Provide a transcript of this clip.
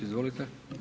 Izvolite.